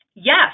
yes